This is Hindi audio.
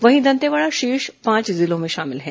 वहीं दंतेवाड़ा शीर्ष पांच जिलों में शामिल है